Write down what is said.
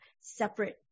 separate